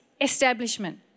establishment